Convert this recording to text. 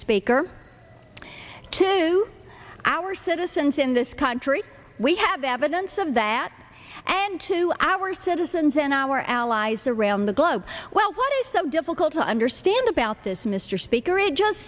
speaker to our citizens in this country we have evidence of that and to our citizens and our allies around the globe well what is so difficult to understand about this mr speaker it just